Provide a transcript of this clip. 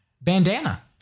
Bandana